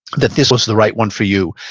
that this was the right one for you?